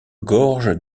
gorge